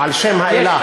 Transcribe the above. על שם האלה.